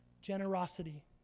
generosity